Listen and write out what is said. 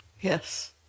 Yes